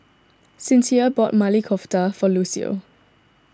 Sincere bought Maili Kofta for Lucio